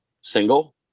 Single